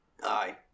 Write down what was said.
Aye